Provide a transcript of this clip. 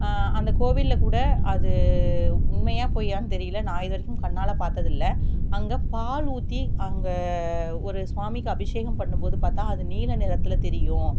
அந்த கோவிலில் கூட அது உண்மையா பொய்யான்னு தெரியல நான் இது வரைக்கும் கண்ணால் பார்த்ததில்ல அங்கே பால் ஊற்றி அங்கே ஒரு ஸ்வாமிக்கு அபிஷேகம் பண்ணும்போது பார்த்தா அது நீல நிறத்தில் தெரியும்